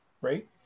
Right